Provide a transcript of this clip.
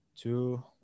two